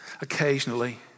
occasionally